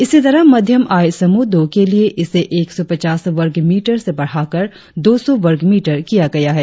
इसी तरह मध्यम आय समूह दो के लिए इसे एक सौ पचास वर्गमीटर से बढ़ाकर दौ सौ वर्गमीटर किया गया है